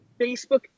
Facebook